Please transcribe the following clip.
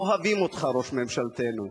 אוהבים אותך, ראש ממשלתנו.